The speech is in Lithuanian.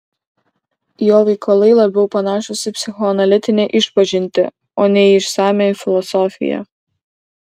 jo veikalai labiau panašūs į psichoanalitinę išpažintį o ne į išsamią filosofiją